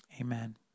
Amen